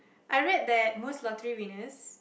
I read that most lottery winners